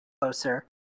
closer